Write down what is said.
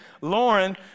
Lauren